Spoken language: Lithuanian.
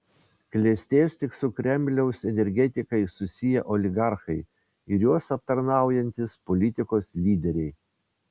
klestės tik su kremliaus energetikais susiję oligarchai ir juos aptarnaujantys politikos lyderiai